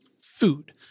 food